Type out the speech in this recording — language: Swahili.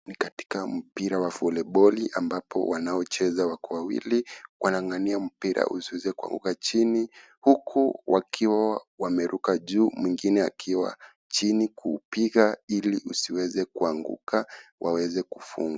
Ni katika mpira wa voleboli ambapo wanaocheza wako wawili wanangangania mpira usiguze chini huku wakiwa wameruka juu mwengine akiwa chini kupiga ili usiweze kuanguka, waweze kufunga.